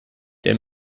der